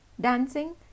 dancing